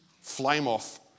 flame-off